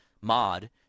mod